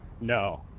No